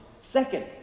Second